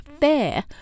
fair